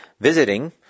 visiting